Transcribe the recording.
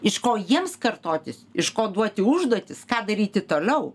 iš ko jiems kartotis iškoduoti užduotis ką daryti toliau